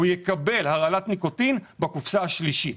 הוא יקבל הרעלת ניקוטין בקופסה השלישית.